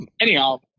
anyhow